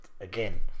Again